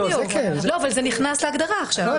בדיוק, אבל זה נכנס להגדרה עכשיו.